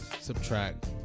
subtract